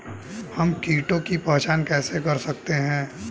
हम कीटों की पहचान कैसे कर सकते हैं?